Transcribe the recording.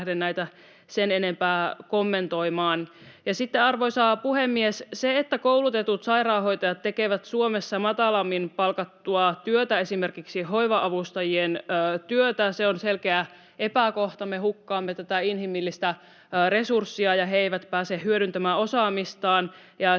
sen enempää kommentoimaan. Sitten, arvoisa puhemies, se, että koulutetut sairaanhoitajat tekevät Suomessa matalammin palkattua työtä, esimerkiksi hoiva-avustajien työtä, on selkeä epäkohta. Me hukkaamme tätä inhimillistä resurssia, ja he eivät pääse hyödyntämään osaamistaan.